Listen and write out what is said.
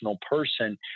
person